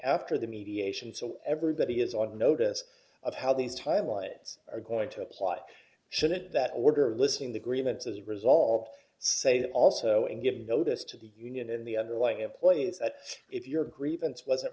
after the mediation so everybody is on notice of how these thailand's are going to apply shouldn't that order listening the grievances resolved say that also and give notice to the union in the underlying employees that if your grievance wasn't